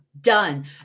done